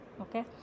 okay